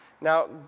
Now